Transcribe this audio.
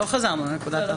לא חזרנו לנקודת ההתחלה.